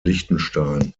liechtenstein